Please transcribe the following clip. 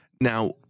Now